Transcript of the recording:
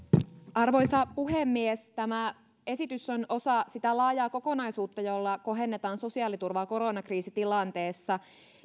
arvoisa puhemies tämä esitys on osa sitä laajaa kokonaisuutta jolla kohennetaan sosiaaliturvaa koronakriisitilanteessa